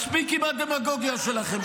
מספיק עם הדמגוגיה שלכם.